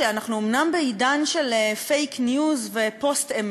אומנם אנחנו בעידן של fake news ופוסט-אמת,